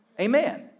Amen